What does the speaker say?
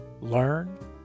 learn